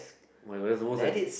my that's most than